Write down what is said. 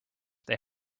they